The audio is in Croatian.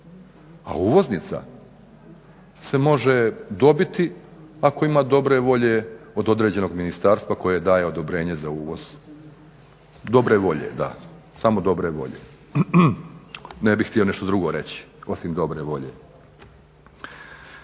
a uvoznica se može dobiti ako ima dobre volje od određenog ministarstva koje daje odobrenje za uvoz. Dobre volje, da samo dobre volje. Ne bih htio ništa drugo reći osim dobre volje.